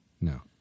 no